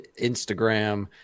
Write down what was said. Instagram